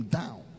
down